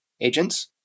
agents